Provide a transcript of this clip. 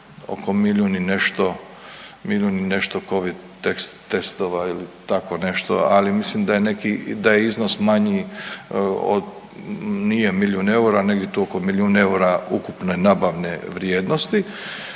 oko milijun i nešto covid testova ili tako nešto. Ali mislim da je iznos manji od, nije milijun eura nego je to oko milijun eura ukupne nabavne vrijednosti.